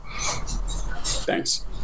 Thanks